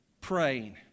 Praying